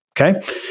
Okay